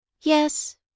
Yes